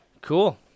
Cool